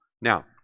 Now